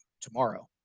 tomorrow